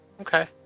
Okay